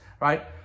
right